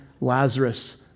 Lazarus